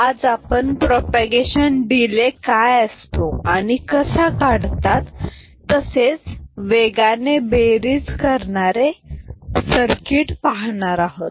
आज आपण propagation delay काय असतो आणि कसा काढतात तसेच वेगाने बेरीज करणारे सर्किट पाहणार आहोत